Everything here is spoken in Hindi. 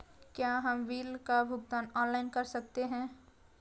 क्या हम बिल का भुगतान ऑनलाइन कर सकते हैं?